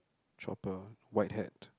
chopper white hat